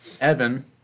Evan